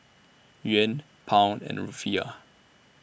Yuan Pound and Rufiyaa